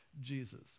jesus